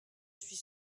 suis